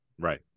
right